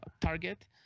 target